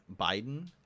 Biden